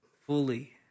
fully